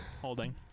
holding